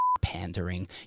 pandering